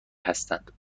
هستند